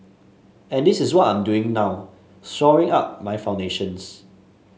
and this is what I'm doing now shoring up my foundations